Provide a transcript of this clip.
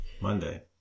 Monday